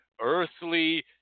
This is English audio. earthly